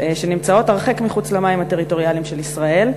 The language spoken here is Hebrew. שנמצאות הרחק מחוץ למים הטריטוריאליים של ישראל,